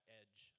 edge